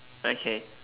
okay